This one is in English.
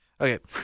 Okay